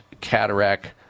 cataract